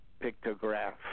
pictograph